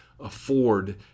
afford